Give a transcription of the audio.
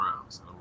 rounds